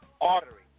artery